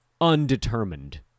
undetermined